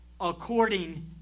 according